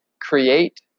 create